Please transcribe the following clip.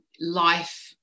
life